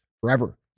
forever